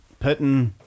Putin